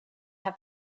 have